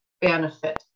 benefit